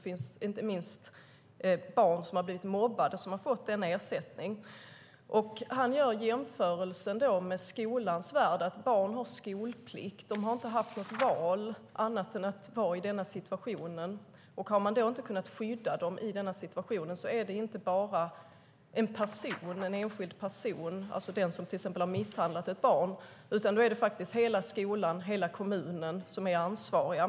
Inte minst barn som har blivit mobbade har fått denna ersättning. Barnombudsmannen gör jämförelsen med skolans värld. Barn har skolplikt. De har inte haft något val annat än att vara i den situationen. Om man inte har kunnat skydda barnen i denna situation är det inte bara en enskild person, den som till exempel har misshandlat ett barn, utan hela skolan och kommunen som är ansvariga.